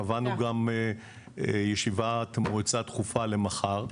קבענו ישיבת מועצה דחופה למחר.